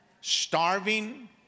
starving